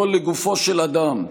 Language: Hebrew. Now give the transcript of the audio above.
לא לגופו של אדם,